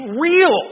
real